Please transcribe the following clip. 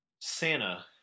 Santa